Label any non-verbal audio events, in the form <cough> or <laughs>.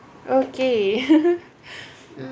okay <laughs>